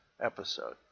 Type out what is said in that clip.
episode